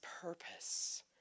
purpose